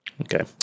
Okay